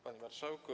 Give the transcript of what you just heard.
Panie Marszałku!